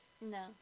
No